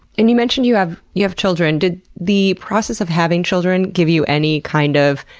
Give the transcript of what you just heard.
and you mentioned you have you have children. did the process of having children give you any kind of?